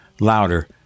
louder